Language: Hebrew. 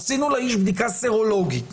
עשינו לאיש בדיקה סרולוגית